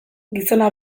gizona